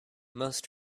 most